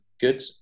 good